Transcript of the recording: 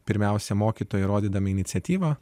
pirmiausia mokytojai rodydami iniciatyvą